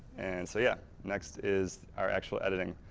and, so yeah. next is our actual editing,